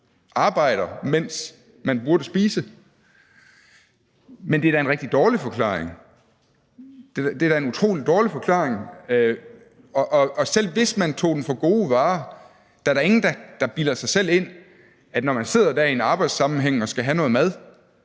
arbejder, mens man burde spise. Men det er da en rigtig dårlig forklaring. Det er da en utrolig dårlig forklaring, og selv hvis man tog den for gode varer, er der da ingen, der bilder sig selv ind, at når man sidder der i en arbejdssammenhæng og skal have noget mad,